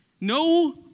no